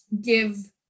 give